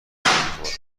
فارس